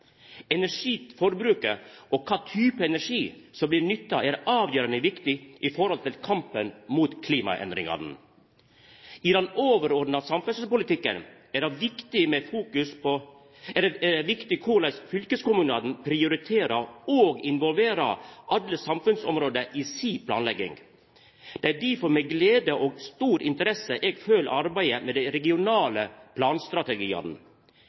og kva type energi som blir nytta, er avgjerande viktig i kampen mot klimaendringane. I den overordna samferdselspolitikken er det viktig korleis fylkeskommunane prioriterer og involverer alle samfunnsområde i si planlegging. Det er difor med glede og stor interesse eg følgjer arbeidet med dei regionale planstrategiane.